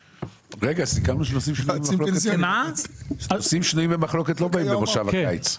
סיכמנו שנושאים שנויים במחלוקת לא באים במושב הקיץ.